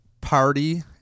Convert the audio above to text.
party